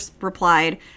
replied